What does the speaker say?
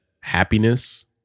happiness